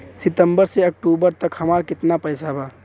सितंबर से अक्टूबर तक हमार कितना पैसा बा?